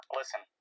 listen